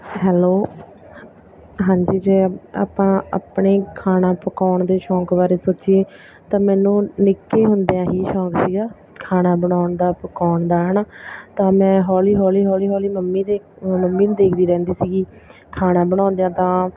hello ਹਾਂਜੀ ਜੇ ਆਪਾਂ ਆਪਣੇ ਖਾਣਾ ਪਕਾਉਣ ਦੇ ਸ਼ੌਂਕ ਬਾਰੇ ਸੋਚੀਏ ਤਾਂ ਮੈਨੂੰ ਨਿੱਕੇ ਹੁੰਦਿਆਂ ਹੀ ਸ਼ੌਂਕ ਸੀਗਾ ਖਾਣਾ ਬਣਾਉਣ ਦਾ ਪਕਾਉਣ ਦਾ ਹੈ ਨਾ ਤਾਂ ਮੈਂ ਹੌਲੀ ਹੌਲੀ ਹੌਲੀ ਹੌਲੀ ਮੰਮੀ ਦੇ ਮੰਮੀ ਨੂੰ ਦੇਖਦੀ ਰਹਿੰਦੀ ਸੀਗੀ ਖਾਣਾ ਬਣਾਉਂਦਿਆ ਤਾਂ